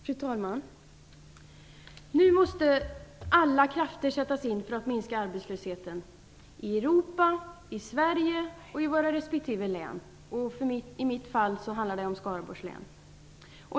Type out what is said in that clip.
Fru talman! Nu måste alla krafter sättas in för att minska arbetslösheten i Europa, i Sverige och i våra respektive län - i mitt fall handlar det om Skaraborgs län.